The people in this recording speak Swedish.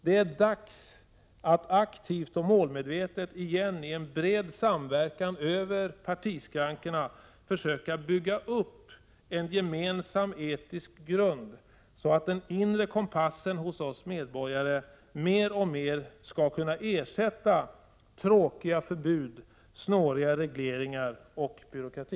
Det är dags att återigen i en bred samverkan över partiskrankorna aktivt och målmedvetet försöka bygga upp en gemensam etisk grund, så att den inre kompassen hos oss medborgare mer och mer skall kunna ersätta tråkiga förbud, snåriga regleringar och byråkrati.